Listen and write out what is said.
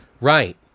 Right